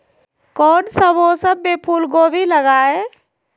कौन सा मौसम में फूलगोभी लगाए?